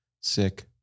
sick